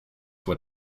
were